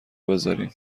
بزارین